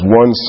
one